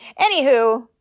anywho